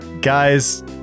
guys